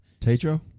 tatro